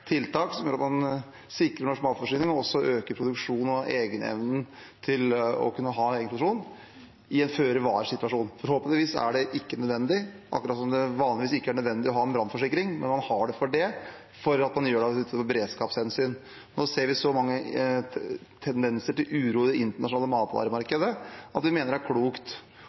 tiltak som gjør at man sikrer norsk matforsyning og også øker egenevnen til å kunne ha egen produksjon i en føre-var-situasjon. Forhåpentligvis er det ikke nødvendig, akkurat som det vanligvis ikke er nødvendig å ha en brannforsikring, men man har det likevel. Man har det av beredskapshensyn. Nå ser vi så mange tendenser til uro i det internasjonale matvaremarkedet at vi mener det er klokt